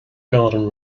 garden